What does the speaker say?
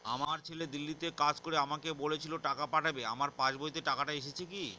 আমার ছেলে দিল্লীতে কাজ করে আমাকে বলেছিল টাকা পাঠাবে আমার পাসবইতে টাকাটা এসেছে কি?